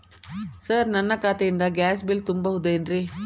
Sir ನನ್ನ ಖಾತೆಯಿಂದ gas bill ತುಂಬಹುದೇನ್ರಿ?